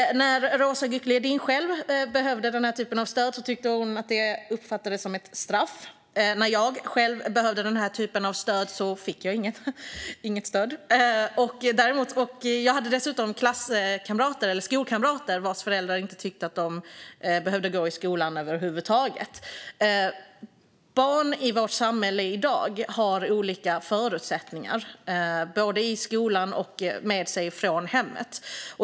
När Roza Güclü Hedin behövde denna typ av stöd tyckte hon att det uppfattades som ett straff. När jag själv behövde den typen av stöd fick jag inget stöd. Jag hade dessutom klasskamrater eller skolkamrater vars föräldrar inte tyckte att de behövde gå i skolan över huvud taget. Barn i vårt samhälle i dag har olika förutsättningar i skolan och med sig från hemmet.